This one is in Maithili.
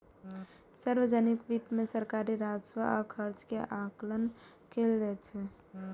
सार्वजनिक वित्त मे सरकारी राजस्व आ खर्च के आकलन कैल जाइ छै